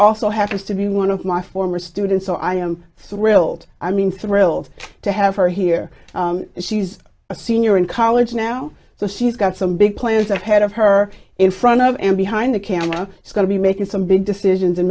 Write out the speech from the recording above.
also happens to be one of my former students or i am thrilled i mean thrilled to have her here she's a senior in college now so she's got some big players ahead of her in front of and behind the camera she's going to be making some big decisions and